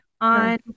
on